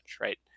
right